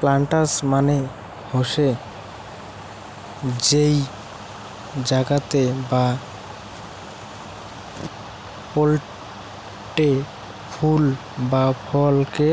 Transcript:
planters মানে হসে যেই জাগাতে বা পোটে ফুল বা ফল কে